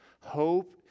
Hope